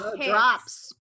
drops